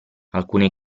alcune